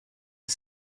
est